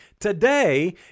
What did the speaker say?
today